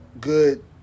good